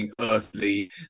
earthly